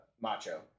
Macho